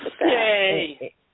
Yay